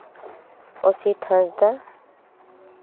ᱚᱥᱤᱛ ᱦᱟᱸᱥᱫᱟ